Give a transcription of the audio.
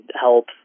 help